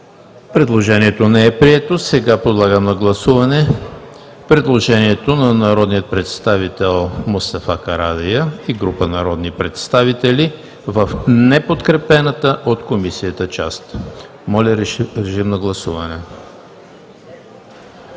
Предложението не е прието. Подлагам на гласуване предложението на народния представител Мустафа Карадайъ и група народни представители в неподкрепената от Комисията част. Гласували